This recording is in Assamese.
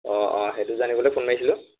অঁ অঁ সেইটো জানিবলৈ ফোন মাৰিছিলোঁ